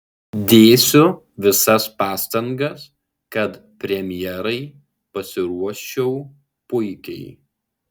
dėsiu visas pastangas kad premjerai pasiruoščiau puikiai